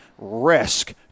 risk